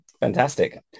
Fantastic